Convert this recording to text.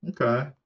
Okay